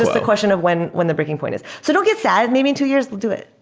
the question of when when the breaking point is. so don't get sad. maybe in two years they'll do it.